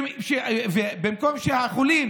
במקום שהחולים